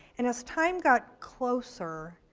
and as time got closer,